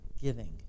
Giving